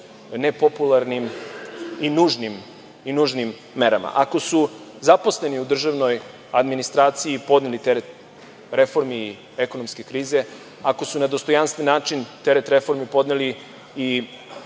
nepopularnim i nužnim merama. Ako su zaposleni u državnoj administraciji podneli teret reformi ekonomske krize, ako su na dostojanstven način teret reformi podneli i